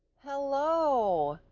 hello!